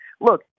look